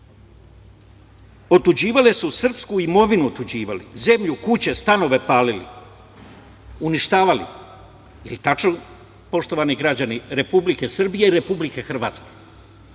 otuđivale su srpsku imovinu otuđivali, zemlju, kuće, stanove palili, uništavali. Jeli tačno poštovani građani Republike Srbije i Republike Hrvatske?